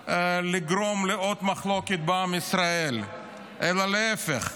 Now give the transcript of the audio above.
באה לגרום לעוד מחלוקת בעם ישראל אלא להפך.